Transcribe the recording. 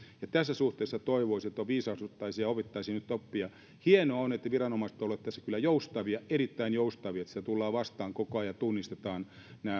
tässä suhteessa toivoisin että viisastuttaisiin ja otettaisiin nyt oppia hienoa on että viranomaiset ovat olleet tässä kyllä joustavia erittäin joustavia ja siellä tullaan vastaan koko ajan tunnistetaan